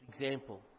example